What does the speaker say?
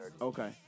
okay